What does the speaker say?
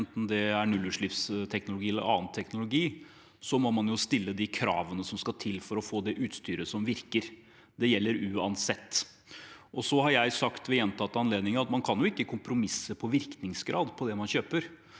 enten det er nullutslippsteknologi eller annen teknologi, må man stille de kravene som skal til for å få det utstyret som virker. Det gjelder uansett. Jeg har sagt ved gjentatte anledninger at man ikke kan kompromisse på virkningsgrad på det man kjøper.